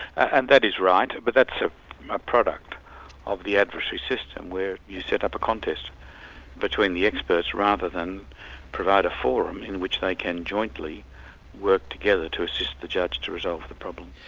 and that is right. but that's ah a product of the adversary system, where you set up a contest between the experts rather than provide a forum in which they can jointly work together to assist the judge to resolve the problem.